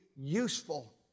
useful